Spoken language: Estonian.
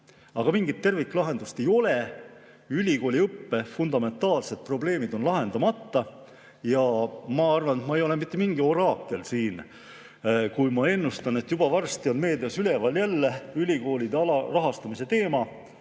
Aga mingit terviklahendust ei ole, ülikooliõppe fundamentaalsed probleemid on lahendamata. Ja ma arvan, et ei pea olema mingi oraakel, et ennustada, et juba varsti on meedias jälle üleval ülikoolide alarahastamise teema,